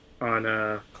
On